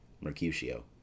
Mercutio